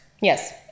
Yes